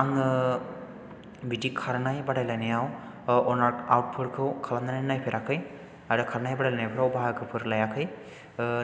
आङो बिदि खारनाय बादायलायनायाव अन आर्ट आउतफोरखौ खालामनानै नायफेराखै आरो खारनाय बादाय लायनायफ्राव बाहागो लायाखै